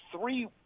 three